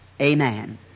Amen